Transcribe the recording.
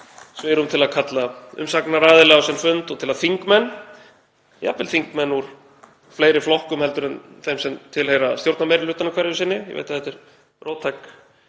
svigrúm til að kalla umsagnaraðila á sinn fund, til að þingmenn, jafnvel þingmenn úr fleiri flokkum en þeim sem tilheyra stjórnarmeirihlutanum hverju sinni — ég veit að þetta er róttæk